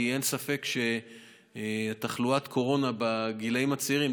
כי אין ספק שתחלואת קורונה בגילים הצעירים,